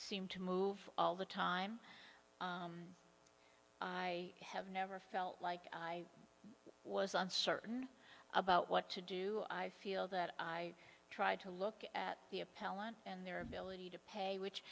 seem to move all the time i have never felt like i was uncertain about what to do i feel that i tried to look at the appellant and their ability to pay which